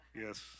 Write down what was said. Yes